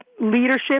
leadership